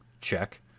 Check